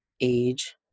age